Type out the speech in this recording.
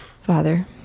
Father